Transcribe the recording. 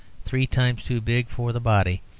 three times too big for the body,